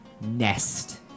nest